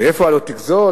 ואיפה ה"לא תגזול",